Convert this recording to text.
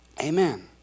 Amen